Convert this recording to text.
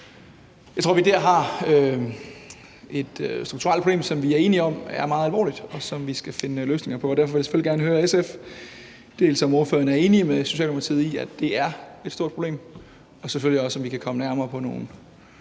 Jeg tror, at vi der har et strukturelt problem, som vi er enige om er meget alvorligt, og som vi skal finde løsninger på, og derfor vil jeg selvfølgelig gerne høre SF, om ordføreren er enig med Socialdemokratiet i, at det er et stort problem, og selvfølgelig også, om vi kan komme nærmere nogle